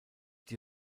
die